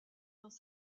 dans